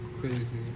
Crazy